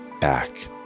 back